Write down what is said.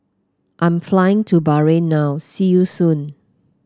I'm flying to Bahrain now see you soon